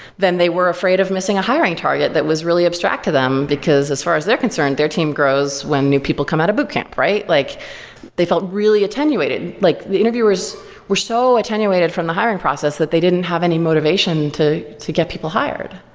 than they were afraid sedfb two of missing a hiring target that was really abstract to them. because as far as they're concerned, their team grows when new people come out of boot camp, right? like they felt really attenuated. like the interviewers were so attenuated from the hiring process that they didn't have any motivation to to get people hired.